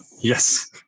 Yes